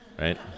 right